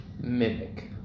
Mimic